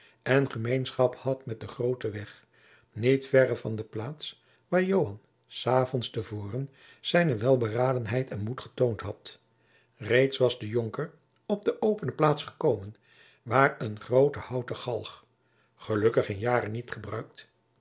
en gemeenschap had met den grooten weg niet verre van de plaats waar joan s avonds te voren zijne welberadenheid en moed getoond had reeds was de jonker op de opene plaats gekomen waar een groote houten galg gelukkig in jaren niet gebruikt